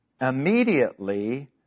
immediately